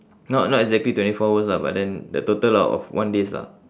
not not exactly twenty four hours lah but then the total out of one days lah